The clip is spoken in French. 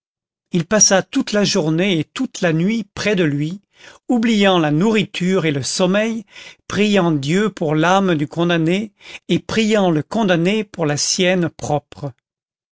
il passa toute la journée et toute la nuit près de lui oubliant la nourriture et le sommeil priant dieu pour l'âme du condamné et priant le condamné pour la sienne propre